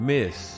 Miss